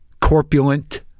corpulent